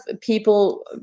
people